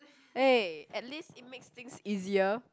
eh at least it makes things easier